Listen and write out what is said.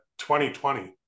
2020